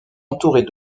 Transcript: entourées